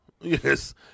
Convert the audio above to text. Yes